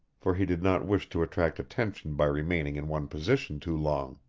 for he did not wish to attract attention by remaining in one position too long.